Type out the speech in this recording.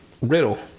Riddle